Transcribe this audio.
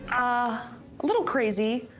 a little crazy.